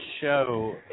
show